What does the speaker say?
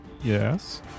Yes